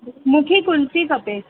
मूंखे कुल्फ़ी खपे